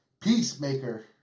Peacemaker